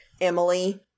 Emily